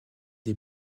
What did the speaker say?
des